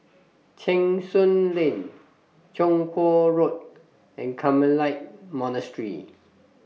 Cheng Soon Lane Chong Kuo Road and Carmelite Monastery